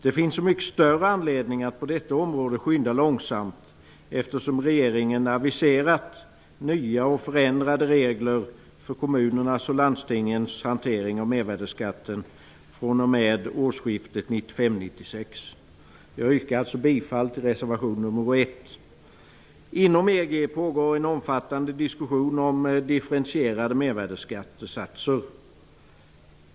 Det finns så mycket större anledning att på detta område skynda långsamt, eftersom regeringen aviserat nya och förändrade regler för kommunernas och landstingens hantering av mervärdesskatten fr.o.m. årsskiftet 1995/96. Jag yrkar bifall till reservation 1. Inom EG pågår en omfattande diskussion om differentierade mervärdesskattesatser.